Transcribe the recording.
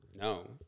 No